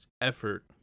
effort